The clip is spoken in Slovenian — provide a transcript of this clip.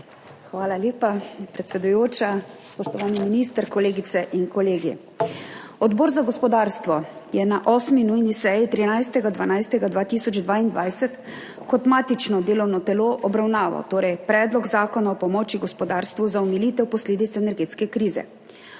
Hvala lepa, predsedujoča. Spoštovani minister, kolegice in kolegi! Odbor za gospodarstvo je na 8. nujni seji 13. 12. 2022 kot matično delovno telo obravnaval Predlog zakona o pomoči gospodarstvu za omilitev posledic energetske krize.